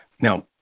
Now